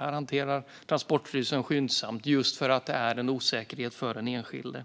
Transportstyrelsen hanterar detta skyndsamt just för att det är en osäkerhet för den enskilde.